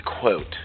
quote